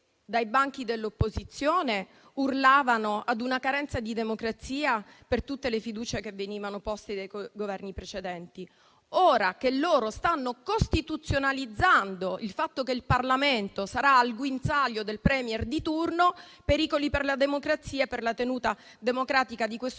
dai banchi dell'opposizione urlavano a una carenza di democrazia per tutte le fiducie che venivano poste dai Governi precedenti. Ora che loro stanno costituzionalizzando il fatto che il Parlamento sarà al guinzaglio del *Premier* di turno, pericoli per la democrazia e per la tenuta democratica di questo